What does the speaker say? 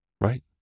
Right